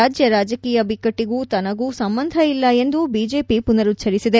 ರಾಜ್ಯ ರಾಜಕೀಯ ಬಿಕ್ಕಟ್ಟಿಗೂ ತನಗೂ ಸಂಬಂಧ ಇಲ್ಲ ಎಂದು ಬಿಜೆಪಿ ಪುನರುಚ್ಚರಿಸಿದೆ